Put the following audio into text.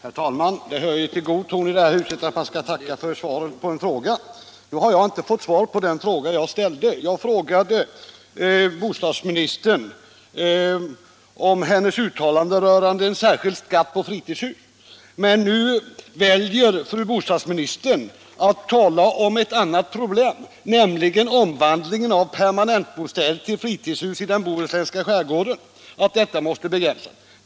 Herr talman! Det hör till god ton i det här huset att man skall tacka för svar på en fråga, men nu har jag inte fått svar på den fråga jag ställde. Jag frågade bostadsministern om hennes uttalande rörande en särskild skatt på fritidshus. Fru bostadsministern väljer att tala om ett annat problem, nämligen omvandlingen av permanentbostäder till fritidshus i den bohuslänska skärgården, och säger att denna måste begränsas.